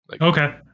Okay